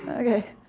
ok,